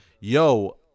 yo